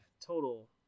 total